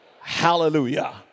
Hallelujah